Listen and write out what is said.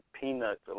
peanuts